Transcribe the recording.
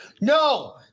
no